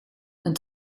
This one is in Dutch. een